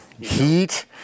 heat